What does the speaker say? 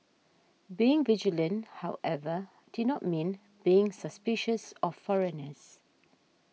being vigilant however did not mean being suspicious of foreigners